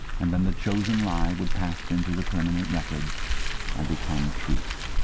and then the chosen lie would pass into the permanent records and become truth.